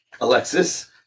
Alexis